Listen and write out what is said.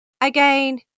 Again